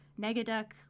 Negaduck